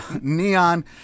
Neon